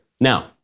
Now